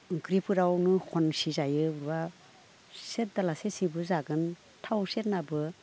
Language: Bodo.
ओंख्रिफोरावनो खनसे जायोब्ला जागोन थाव सेरनाबो